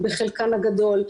בחלקם הגדול,